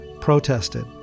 protested